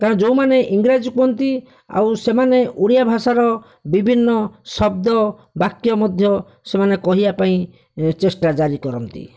କାରଣ ଯେଉଁମାନେ ଇଂରାଜୀ କୁହନ୍ତି ଆଉ ସେମାନେ ଓଡ଼ିଆ ଭାଷାର ବିଭିନ୍ନ ଶବ୍ଦ ବାକ୍ୟ ମଧ୍ୟ ସେମାନେ କହିବା ପାଇଁ ଚେଷ୍ଟା ଜାରି କରନ୍ତି